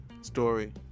story